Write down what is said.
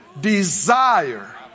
Desire